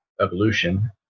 evolution